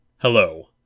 Hello